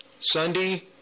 Sunday